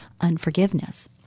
unforgiveness